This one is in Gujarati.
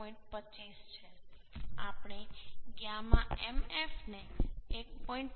25 છે આપણે γ mf ને 1